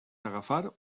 agafar